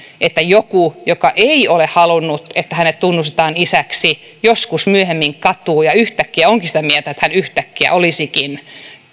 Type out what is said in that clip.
että joku joka ei ole halunnut että hänet tunnustetaan isäksi joskus myöhemmin katuu ja yhtäkkiä onkin sitä mieltä että hän olisikin